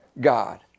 God